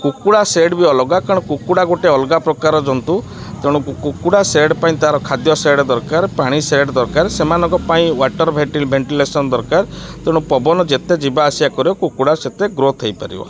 କୁକୁଡ଼ା ସେଡ଼୍ ବି ଅଲଗା କାରଣ କୁକୁଡ଼ା ଗୋଟେ ଅଲଗା ପ୍ରକାର ଜନ୍ତୁ ତେଣୁ କୁକୁଡ଼ା ସେଡ଼୍ ପାଇଁ ତା'ର ଖାଦ୍ୟ ସେଡ଼୍ ଦରକାର ପାଣି ସେଡ଼୍ ଦରକାର ସେମାନଙ୍କ ପାଇଁ ୱାଟର୍ ଭେଣ୍ଟିଲେସନ୍ ଦରକାର ତେଣୁ ପବନ ଯେତେ ଯିବା ଆସିବା କରେ କୁକୁଡ଼ା ସେତେ ଗ୍ରୋଥ୍ ହେଇପାରିବ